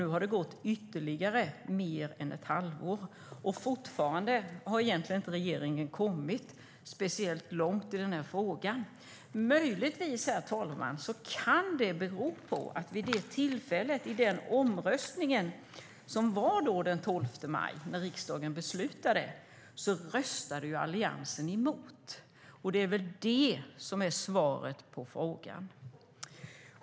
Nu har det gått ytterligare över ett halvår, och regeringen har fortfarande inte kommit speciellt långt i frågan. Möjligtvis, herr talman, kan det bero på att vid tillfället för den omröstning som hölls den 12 maj när riksdagen beslutade om detta röstade Alliansen emot. Det är väl det som är svaret på frågan.